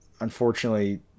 unfortunately